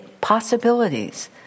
possibilities